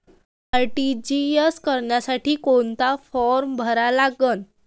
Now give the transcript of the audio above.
RTGS करासाठी कोंता form भरा लागन?